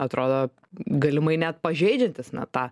atrodo galimai net pažeidžiantis na tą